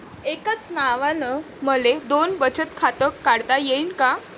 एकाच नावानं मले दोन बचत खातं काढता येईन का?